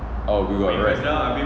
oh you were right